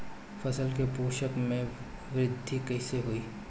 फसल के पोषक में वृद्धि कइसे होई?